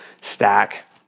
stack